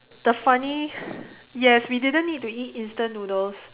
the funny yes we didn't need to eat instant noodles